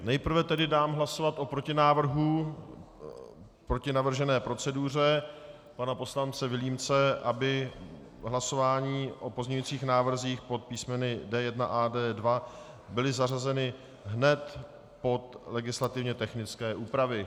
Nejprve tedy dám hlasovat o protinávrhu proti navržené proceduře pana poslance Vilímce, aby hlasování o pozměňovacích návrzích pod písmeny D1 a D2 byla zařazena hned pod legislativně technické úpravy.